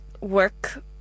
work